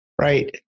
Right